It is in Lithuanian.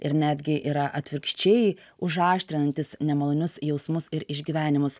ir netgi yra atvirkščiai užaštrinantys nemalonius jausmus ir išgyvenimus